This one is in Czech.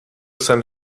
jsem